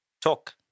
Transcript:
talk